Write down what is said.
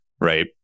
right